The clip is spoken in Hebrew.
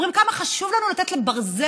אומרים: כמה חשוב לנו לתת ברזל,